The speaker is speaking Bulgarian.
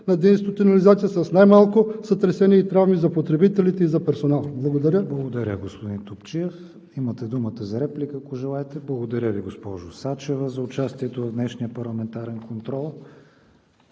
на деинституционализация с най-малко сътресение и травми за потребителите и за персонала. Благодаря. ПРЕДСЕДАТЕЛ КРИСТИАН ВИГЕНИН: Благодаря, господин Топчиев. Имате думата за реплика, ако желаете. Не. Благодаря Ви, госпожо Сачева, за участието в днешния парламентарен контрол.